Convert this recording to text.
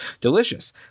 Delicious